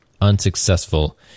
unsuccessful